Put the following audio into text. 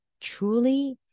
truly